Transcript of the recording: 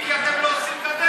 הוא מביא כי אתם לא עושים גדר.